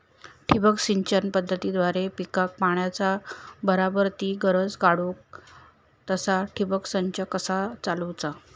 ठिबक सिंचन पद्धतीद्वारे पिकाक पाण्याचा बराबर ती गरज काडूक तसा ठिबक संच कसा चालवुचा?